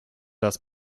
raz